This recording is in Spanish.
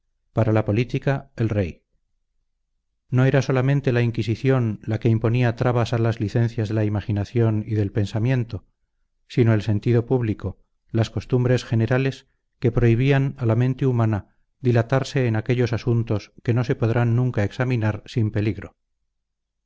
para la política el rey no era solamente la inquisición la que imponía trabas a las licencias de la imaginación y del pensamiento sino el sentido público las costumbres generales que prohibían a la mente humana dilatarse en aquellos asuntos que no se podrán nunca examinar sin peligro